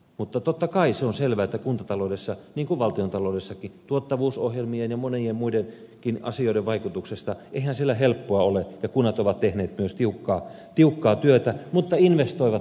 mutta totta kai se on selvä että kuntataloudessa niin kuin valtiontaloudessakin tuottavuusohjelmien ja monien muidenkin asioiden vaikutuksesta eihän siellä helppoa ole ja kunnat ovat tehneet myös tiukkaa työtä mutta myös investoivat samalla